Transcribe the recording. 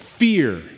Fear